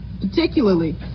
particularly